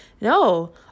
No